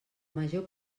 major